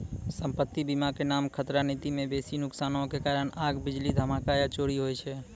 सम्पति बीमा के नाम खतरा नीति मे बेसी नुकसानो के कारण आग, बिजली, धमाका या चोरी होय छै